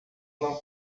não